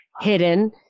hidden